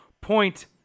Point